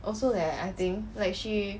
also leh I think like she